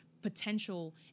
potential